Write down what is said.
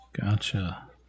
Gotcha